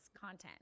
content